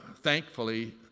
thankfully